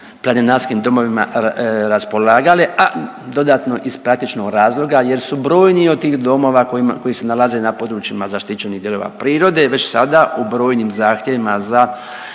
planinarskim domovima raspolagale, a dodatno iz praktičnog razloga jer su brojni od tih domova koji se nalaze na područjima zaštićenih dijelova prirode već sada u brojnim zahtjevima za